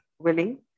willing